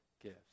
gifts